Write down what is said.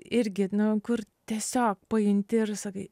irgi nu kur tiesiog pajunti ir sakai